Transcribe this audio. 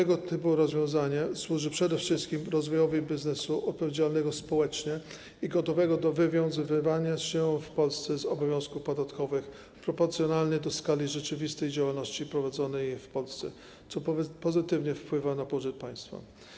Tego typu rozwiązanie służy przede wszystkim rozwojowi biznesu odpowiedzialnego społecznie i gotowego do wywiązywania się w Polsce z obowiązków podatkowych proporcjonalnie do skali rzeczywistej działalności prowadzonej w Polsce, co pozytywnie wpływa na budżet państwa.